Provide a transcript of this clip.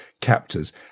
captors